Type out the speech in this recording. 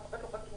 אף אחד לא חתום.